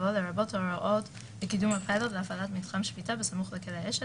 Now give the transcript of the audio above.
יבוא "לרבות הוראות לקידום הפיילוט להפעלת מתחם שפיטה בסמוך לכלא אשל